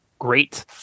Great